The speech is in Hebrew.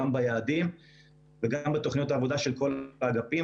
גם ביעדים וגם בתוכניות העבודה של כל האגפים.